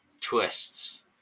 twists